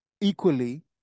equally